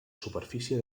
superfície